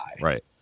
Right